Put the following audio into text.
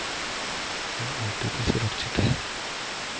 क्या ओ.टी.पी सुरक्षित है?